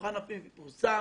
מבחן ענפי פורסם,